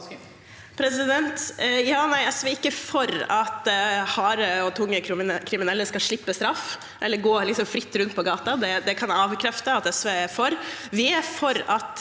SV er ikke for at harde og tunge kriminelle skal slippe straff eller gå fritt rundt på gata – det kan jeg avkrefte at SV er for. Vi er for at